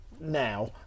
Now